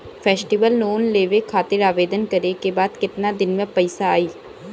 Festival loan लेवे खातिर आवेदन करे क बाद केतना दिन म पइसा आई?